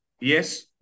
Yes